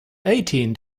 eighteen